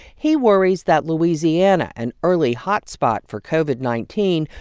he worries that louisiana, an early hot spot for covid nineteen,